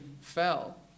fell